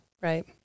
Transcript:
Right